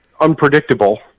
unpredictable